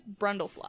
Brundlefly